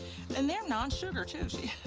and they are non-sugar, too.